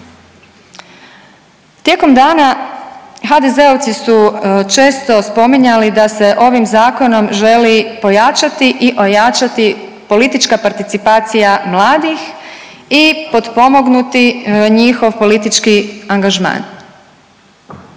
Tijekom dana HDZ-ovci su često spominjali da se ovim Zakonom želi pojačati i ojačati politička participacija mladih i potpomognuti njihov politički angažman.